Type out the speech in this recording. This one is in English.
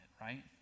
right